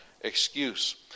excuse